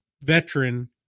veteran